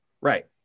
Right